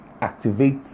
activate